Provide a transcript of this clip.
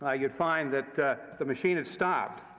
ah you'd find that the machine had stopped.